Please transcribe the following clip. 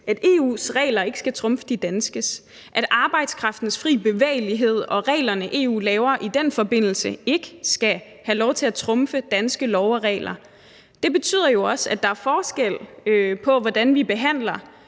at EU's regler ikke skal trumfe de danske, at arbejdskraftens frie bevægelighed og reglerne, EU laver i den forbindelse, ikke skal have lov til at trumfe danske love og regler. Det betyder jo også, at der er forskel på, hvordan vi behandler